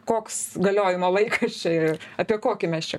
koks galiojimo laikas čia ir apie kokį mes čia